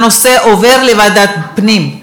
הנושא עובר לוועדת הפנים.